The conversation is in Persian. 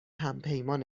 همپیمان